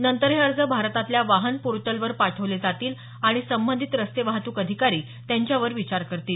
नंतर हे अर्ज भारतातल्या वाहन पोर्टलवर पाठवले जातील आणि संबंधित रस्ते वाहतूक अधिकारी त्यांच्यावर विचार करतील